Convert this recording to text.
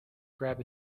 grab